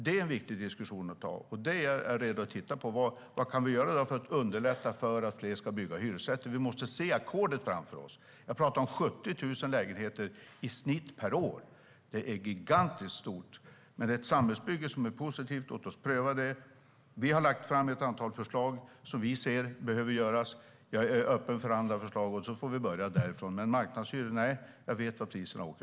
Det är en viktig diskussion att ta. Det är jag redo att titta på. Vad kan vi göra för att underlätta för att fler ska bygga hyresrätter? Vi måste se ackordet framför oss. Jag talar om 70 000 lägenheter i snitt per år. Det är gigantiskt stort. Det är ett samhällsbygge som är positivt. Låt oss pröva det. Vi har lagt fram ett antal förslag om sådant som vi ser behöver göras. Jag är öppen för andra förslag. Vi får börja därifrån. Men när det gäller marknadshyror vet jag vart priserna åker.